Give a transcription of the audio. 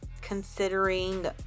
considering